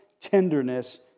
tenderness